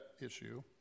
issue